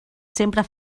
sempre